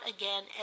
again